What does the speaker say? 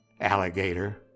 alligator